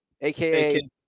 aka